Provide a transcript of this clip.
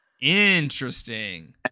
Interesting